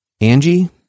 Angie